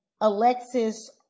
Alexis